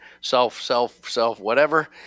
self-self-self-whatever